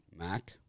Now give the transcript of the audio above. Mac